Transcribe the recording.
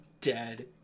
dead